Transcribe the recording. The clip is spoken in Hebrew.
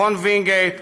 מכון וינגייט,